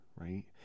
right